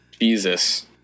Jesus